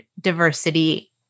diversity